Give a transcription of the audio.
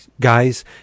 guys